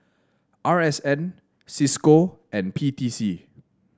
R S N Cisco and P T C